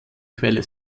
quelle